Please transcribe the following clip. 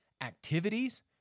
activities